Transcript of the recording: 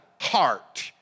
heart